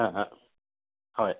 হয়